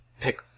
pick